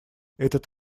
этот